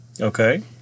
Okay